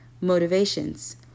motivations